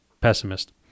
pessimist